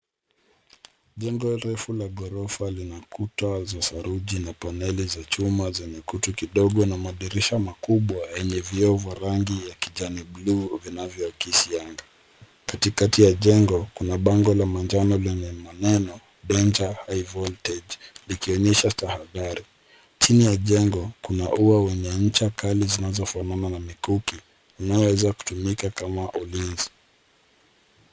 Jengo refu la ghorofa lina kuta za saruji na paneli za chuma zenye kutu kidogo na madirisha makubwa yenye vioo vya rangi ya kijani blue , vinavyoakisi anga. Katikati ya jengo, kuna bango la manjano lenye maneno, Danger, High Voltage , likionyesha stahadhari. Chini ya jengo, kuna ua wenye ncha kali zinazofanana na mikuki, unaoweza kutumika kama ulinzi.